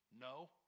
no